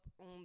on